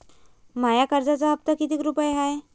माया कर्जाचा हप्ता कितीक रुपये हाय?